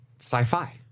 sci-fi